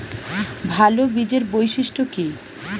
ভাল বীজের বৈশিষ্ট্য কী?